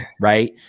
Right